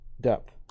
depth